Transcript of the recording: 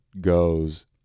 goes